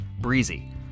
Breezy